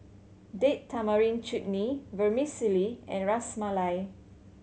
Date Tamarind Chutney Vermicelli and Ras Malai